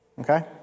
Okay